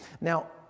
Now